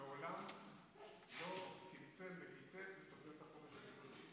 מעולם לא צמצם או קיצץ בתוכניות החומש.